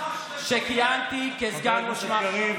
שיש בו אינטרסים פוליטיים.